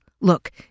Look